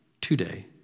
Today